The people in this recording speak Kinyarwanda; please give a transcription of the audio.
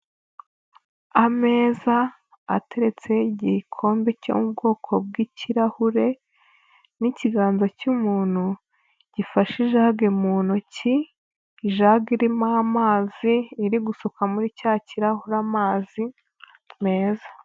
Ameza ateretseho igikombe cyo mu bwoko bw'kirahure, n'ikiganza cy'umuntu gifashe ijage mu ntoki, ijage irimo amazi, iri gusuka muri cya kirahuri amazi meza.